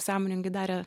sąmoningai darė